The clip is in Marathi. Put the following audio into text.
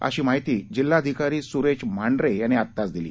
अशी माहिती जिल्हाधिकारी सुरज मांढरे यांनी आताच दिली